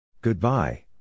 Goodbye